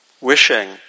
wishing